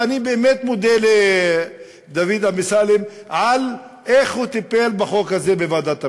ואני באמת מודה לדוד אמסלם על אופן הטיפול שלו בחוק הזה בוועדת הפנים,